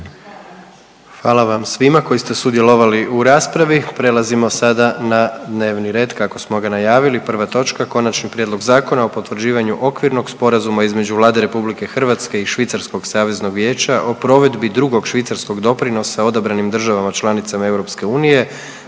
Hvala vam svima koji ste sudjelovali u raspravi, prelazimo sada na dnevni red kako smo ga najavili, prva točka: -Konačni prijedlog Zakona o potvrđivanju okvirnog sporazuma između Vlade RH i Švicarskog Saveznog vijeća o provedbi drugog švicarskog doprinosa odabranim državama članicama EU